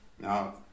Now